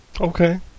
Okay